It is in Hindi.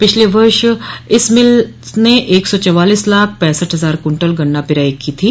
पिछले वर्ष इस मिल ने एक सौ चौवालीस लाख पैंसठ हजार कुंटल गन्ना पेराई की थी